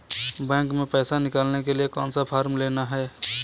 Bank में पैसा निकालने के लिए कौन सा फॉर्म लेना है?